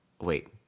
wait